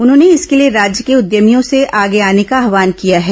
उन्होंने इसके लिए राज्य के उद्यमियों से आगे आने का आव्हान किया है